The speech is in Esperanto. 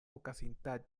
okazintaĵon